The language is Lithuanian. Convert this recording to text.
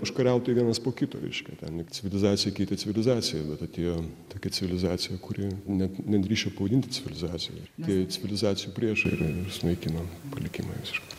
užkariautojai vienas po kito reiškia ten civilizacija keitė civilizaciją bet atėjo tokia civilizacija kuri net nedrįsčiau pavadinti civilizacija atėjo civilizacijų priešai ir sunaikino palikimą visiškai